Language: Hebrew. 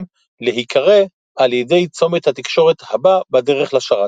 להיקרא על ידי צומת התקשורת הבא בדרך לשרת.